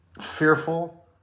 fearful